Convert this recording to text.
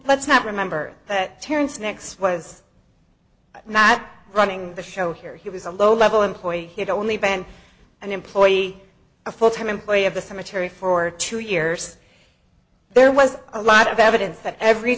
let's not remember that terence next was not running the show here he was a low level employee he'd only been an employee a full time employee of the cemetary for two years there was a lot of evidence that every